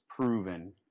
proven